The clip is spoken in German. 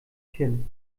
kinn